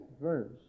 verse